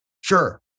sure